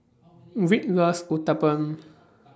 Rick loves Uthapam